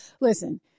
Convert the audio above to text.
Listen